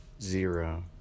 zero